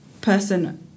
person